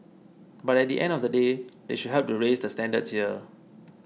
but at the end of the day they should help to raise the standards here